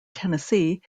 tennessee